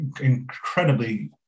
incredibly